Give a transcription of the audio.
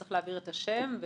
צריך להעביר את השם.